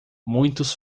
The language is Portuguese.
muitos